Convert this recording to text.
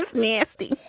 nasty.